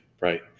Right